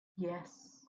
yes